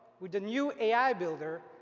with the new ai builder,